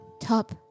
Top